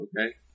okay